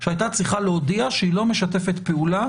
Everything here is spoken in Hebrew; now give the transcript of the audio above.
שהיתה צריכה להודיע שהיא לא משתפת פעולה